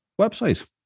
website